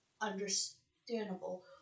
understandable